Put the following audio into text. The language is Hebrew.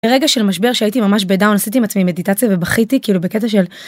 רגע של משבר שהייתי ממש בדאון עשיתי עם עצמי מדיטציה ובכיתי כאילו בקטע של.